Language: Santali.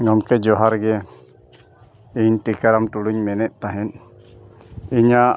ᱜᱚᱢᱠᱮ ᱡᱚᱦᱟᱨ ᱜᱮ ᱤᱧ ᱴᱤᱠᱟᱨᱟᱢ ᱴᱩᱰᱩᱧ ᱢᱮᱱᱮᱫ ᱛᱟᱦᱮᱸᱫ ᱤᱧᱟᱹᱜ